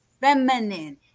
feminine